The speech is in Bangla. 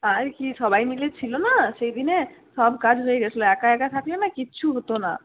আর কি সবাই মিলে ছিলো না সেইদিনে সব কাজ হয়ে গিয়েছিলো একা একা থাকলে না কিছু হত না